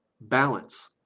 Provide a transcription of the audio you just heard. balance